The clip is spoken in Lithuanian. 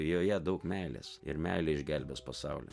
joje daug meilės ir meilė išgelbės pasaulį